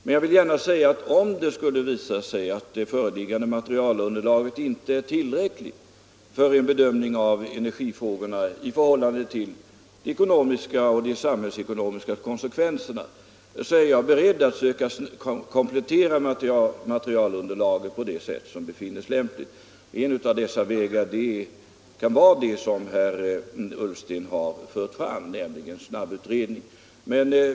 Men jag vill gärna säga att om föreliggande materialunderlag skulle visa sig otillräckligt för bedömning av energifrågorna med hänsyn till de samhällsekonomiska konsekvenserna är jag beredd söka komplettera materialet på det sätt som befinnes lämpligt. En möjlighet kan då vara en snabbutredning, som herr Ullsten har framfört önskemål om.